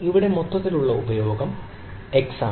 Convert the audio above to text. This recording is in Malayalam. ഇവിടെ മൊത്തത്തിലുള്ള ഉപഭോഗം x ആണ്